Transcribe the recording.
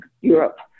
Europe